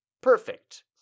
perfect